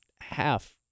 half